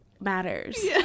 matters